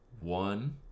one